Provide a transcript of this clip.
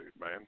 man